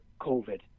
COVID